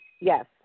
Yes